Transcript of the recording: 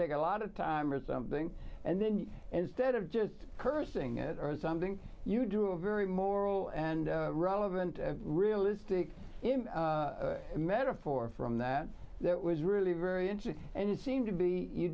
take a lot of time or something and then you instead of just cursing at our something you do a very moral and relevant realistic metaphor from that that was really very interesting and seemed to be you